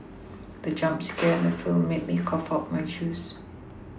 the jump scare in the film made me cough out my juice